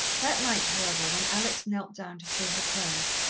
that night, however, when alex knelt down to say her prayers,